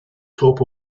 top